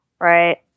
Right